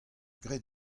graet